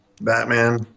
Batman